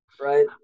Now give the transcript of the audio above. right